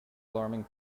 alarming